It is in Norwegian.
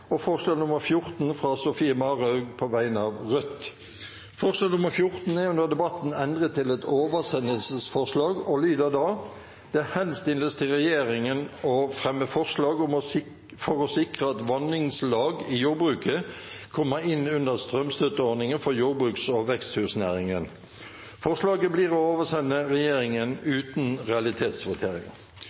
og lyder i endret form: «Det henstilles til regjeringen å fremme forslag for å sikre at vanningslag i jordbruket kommer inn under strømstøtteordningen for jordbruks- og veksthusnæringen.» Presidenten foreslår at forslaget oversendes regjeringen uten realitetsvotering.